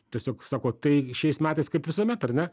tiesiog sako tai šiais metais kaip visuomet ar ne